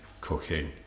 cooking